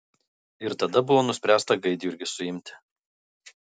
ir tada buvo nuspręsta gaidjurgį suimti